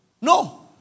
No